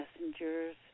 messengers